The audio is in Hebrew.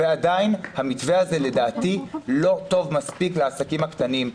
ועדיין המתווה הזה לדעתי לא טוב מספיק לעסקים הקטנים.